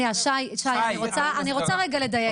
שי, אני רוצה לדייק רגע.